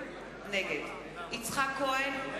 נגד יצחק כהן,